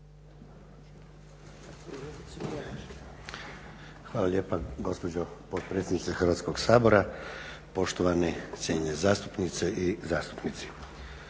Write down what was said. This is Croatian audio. Hvala lijepa gospođo potpredsjednice Hrvatskog sabora, poštovane cijenjene zastupnice i zastupnici.